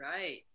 right